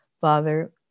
father